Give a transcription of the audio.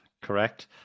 Correct